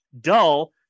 dull